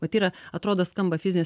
vat yra atrodo skamba fizinis